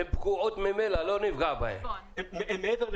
לא נפגע בהן כי ממילא הן פגועות.